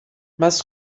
mas